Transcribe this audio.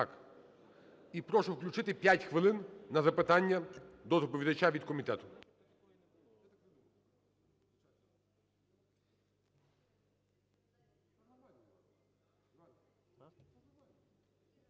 і прошу включити 5 хвилин на запитання до доповідача від комітету.